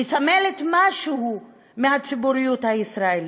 שמסמלת משהו מהציבוריות הישראלית.